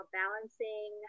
balancing